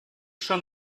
schon